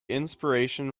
inspiration